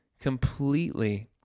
Completely